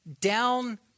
down